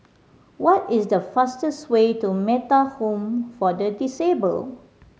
what is the fastest way to Metta Home for the Disabled